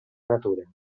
natura